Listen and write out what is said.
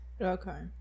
Okay